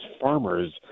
farmers